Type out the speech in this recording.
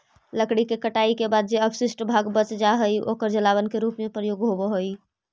लकड़ी के कटाई के बाद जे अवशिष्ट भाग बच जा हई, ओकर जलावन के रूप में प्रयोग होवऽ हई